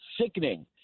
sickening